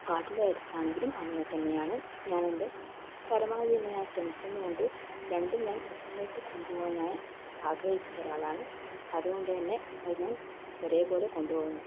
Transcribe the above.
പാട്ടിൻ്റെ കാര്യത്തിൽ ആണെങ്കിലും അങ്ങനെ തന്നെയാണ് ഞാനെൻ്റെ പരമാവധി തന്നെ ഞാൻ ശ്രമിക്കുന്നുമുണ്ട് രണ്ടും ഞാൻ ഒരുപോലെയായിട്ട് കൊണ്ടുപോകാൻ ഞാൻ ആഗ്രഹിക്കുന്ന ഒരാളാണ് അതുകൊണ്ട് തന്നെ ഞാൻ ഒരുപോലെ കൊണ്ടു പോകുന്നു